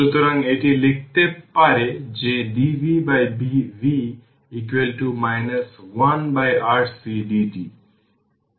সুতরাং এটি লিখতে পারে যে dvv 1RC dt এটি ইকুয়েশন 5